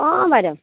অঁ বাইদেউ